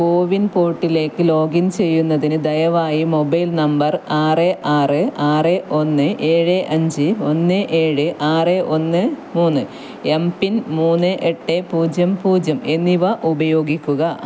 കോ win പോർട്ടലിലേക്ക് login ചെയ്യുന്നതിന് ദയവായി മൊബൈൽ നമ്പർ ആറ് ആറ് ആറ് ഒന്ന് ഏഴ് അഞ്ച് ഒന്ന് ഏഴ് ആറ് ഒന്ന് മൂന്ന് എം പിൻ മൂന്ന് ഏട്ട് പൂജ്യം പൂജ്യം എന്നിവ ഉപയോഗിക്കുക